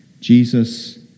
Jesus